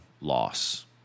loss